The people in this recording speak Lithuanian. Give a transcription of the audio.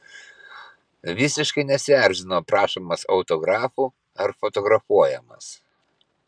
visiškai nesierzino prašomas autografų ar fotografuojamas